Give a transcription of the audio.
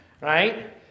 right